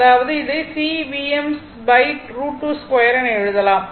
அதாவது இதை C Vm√22 என எழுதலாம்